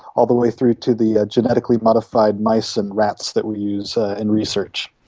all the way through to the ah genetically modified mice and rats that we use in research.